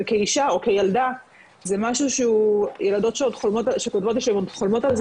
כאישה או כילדה זה משהו ילדות שגודלות ושחולמות על זה